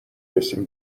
رسیم